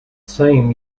same